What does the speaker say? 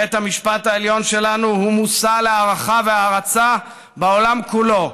בית המשפט העליון שלנו הוא מושא להערכה והערצה בעולם כולו,